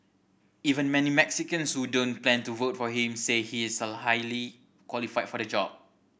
even many Mexicans who don't plan to vote for him say he is so highly qualified for the job